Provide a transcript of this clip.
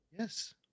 Yes